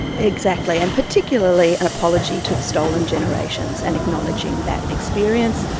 exactly, and particularly an apology to the stolen generations and acknowledging that experience.